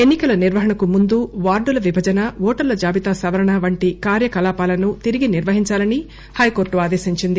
ఎన్నికల నిర్వహణకు ముందు వార్డుల విభజన ఓటర్ల జాబితా సవరణ వంటి కార్యకలాపాలను తిరిగి నిర్వహించాలని హైకోర్టు ఆదేశించింది